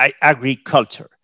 agriculture